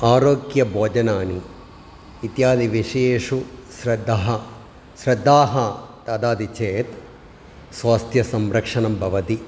आरोग्यभोजनानि इत्यादि विषयेषु श्रद्धा श्रद्धा ददाति चेत् स्वास्थ्यसंरक्षणं भवति